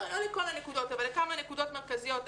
לא לכל הנקודות אבל לכמה נקודות מרכזיות.